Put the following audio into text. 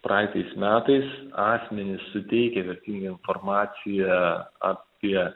praeitais metais asmenys suteikę vertingą informaciją apie